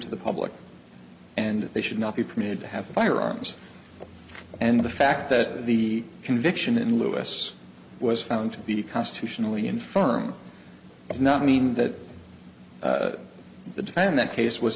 to the public and they should not be permitted to have firearms and the fact that the conviction in lewis was found to be constitutionally infirm did not mean that the time in that case was